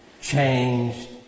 changed